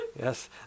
Yes